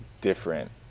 different